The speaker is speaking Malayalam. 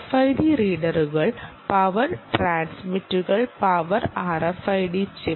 RFID റീഡറുകൾ പവർ ട്രാൻസ്മിറ്ററുകൾ പവർ RFID ചിപ്പ്